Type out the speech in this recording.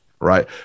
right